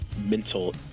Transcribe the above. mental